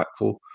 impactful